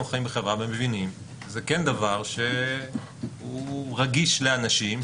חיים בחברה ומבינים שזה כן דבר שהוא רגיש לאנשים,